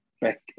back